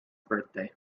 birthday